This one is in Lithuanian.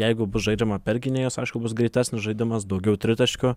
jeigu bus žaidžiama per gynėjus aišku bus greitesnis žaidimas daugiau tritaškių